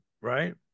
right